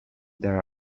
there